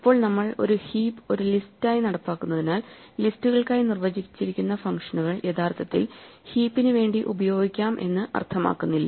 ഇപ്പോൾ നമ്മൾ ഒരു ഹീപ്പ് ഒരു ലിസ്റ്റായി നടപ്പിലാക്കുന്നതിനാൽ ലിസ്റ്റുകൾക്കായി നിർവചിച്ചിരിക്കുന്ന ഫംഗ്ഷനുകൾ യഥാർത്ഥത്തിൽ ഹീപ്പിന് വേണ്ടി ഉപയോഗിക്കാം എന്ന് അർത്ഥമാക്കുന്നില്ല